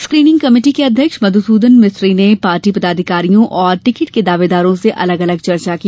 screening committee के अध्यक्ष मधुसूदन मिस्त्री ने पार्टी पदाधिकारियों और टिकट के दावेदारों से अलग अलग चर्चा की